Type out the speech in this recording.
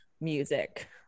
music